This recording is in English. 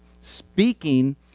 speaking